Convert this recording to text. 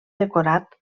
decorat